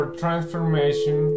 transformation